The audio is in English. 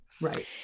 Right